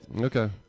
Okay